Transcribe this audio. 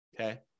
Okay